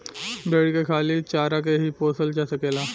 भेरी के खाली चारा के ही पोसल जा सकेला